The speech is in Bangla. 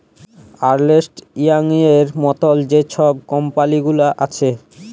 আর্লেস্ট ইয়াংয়ের মতল যে ছব কম্পালি গুলাল আছে